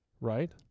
right